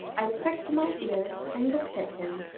i pricked my ears and looked at him.